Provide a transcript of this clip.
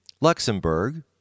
Luxembourg